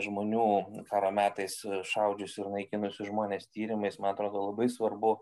žmonių karo metais šaudžiusių ir naikinusių žmones tyrimais ma atrodo labai svarbu